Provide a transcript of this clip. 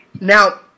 Now